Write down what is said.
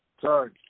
Sorry